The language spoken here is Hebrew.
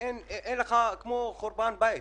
כמו חורבן הבית,